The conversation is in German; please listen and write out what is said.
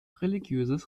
religiöses